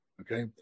Okay